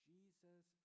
Jesus